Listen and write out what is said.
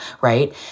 right